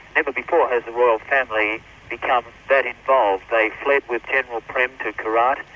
never before has the royal family become that involved. they fled with general prem to khorat,